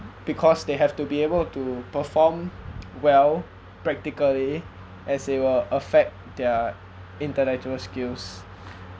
because they have to be able to perform well practically as it will affect their intellectual skills